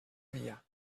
dia